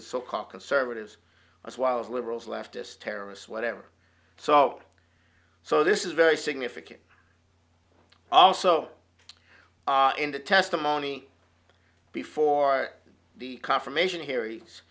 so called conservatives as well as liberals leftists terrorists whatever so so this is very significant also in the testimony before the confirmation hear